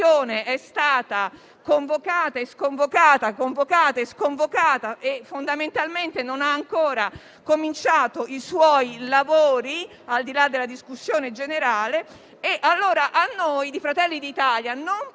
La Commissione è stata convocata e sconvocata più di una volta e fondamentalmente non ha ancora cominciato i suoi lavori, al di là della discussione generale. A noi di Fratelli d'Italia non piace